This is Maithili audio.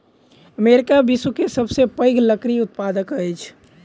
अमेरिका विश्व के सबसे पैघ लकड़ी उत्पादक अछि